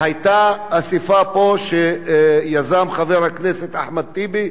היתה אספה פה, שיזם חבר הכנסת אחמד טיבי,